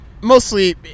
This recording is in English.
mostly